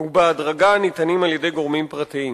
ובהדרגה ניתנים על-ידי גורמים פרטיים.